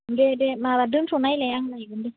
दे दे माबा दोनथ' नायलाय आं लायगोन दे